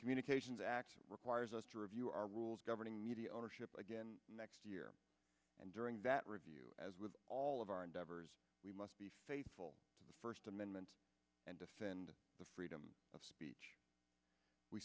communications act requires us to review our rules governing media ownership again next year and during that review as with all of our endeavors we must be faithful to first amendment and defend the freedom of speech we